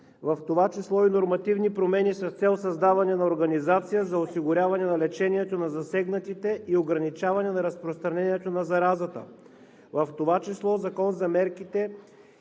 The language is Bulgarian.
в това число и нормативни промени, с цел създаване на организация за осигуряване на лечението на засегнатите и ограничаване на разпространението на заразата – Закон за мерките